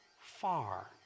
far